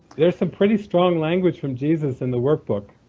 there's some pretty strong language from jesus in the workbook